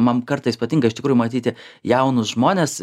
man kartais patinka iš tikrųjų matyti jaunus žmones